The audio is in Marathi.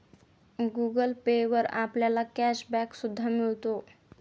गुगल पे वर आपल्याला कॅश बॅक सुद्धा मिळतो